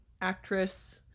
actress